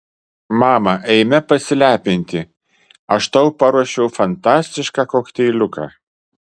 mama eime pasilepinti aš tau paruošiau fantastišką kokteiliuką